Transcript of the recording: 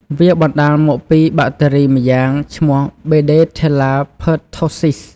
វាបណ្តាលមកពីបាក់តេរីម្យ៉ាងឈ្មោះ បេដេថេលឡាភើតថូសសុីស។